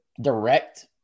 direct